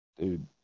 Dude